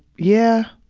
yeah.